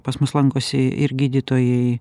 pas mus lankosi ir gydytojai